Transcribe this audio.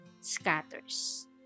scatters